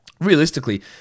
realistically